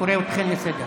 אני קורא אתכן לסדר.